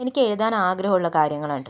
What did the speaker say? എനിക്ക് എഴുതാൻ ആഗ്രഹമുള്ള കാര്യങ്ങളുണ്ട്